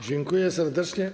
Dziękuję serdecznie.